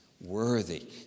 worthy